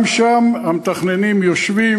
גם שם המתכננים יושבים,